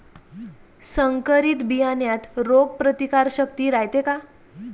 संकरित बियान्यात रोग प्रतिकारशक्ती रायते का?